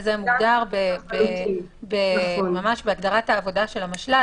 וזה מוגדר ממש בהגדרת העבודה של המשל"ט.